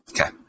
Okay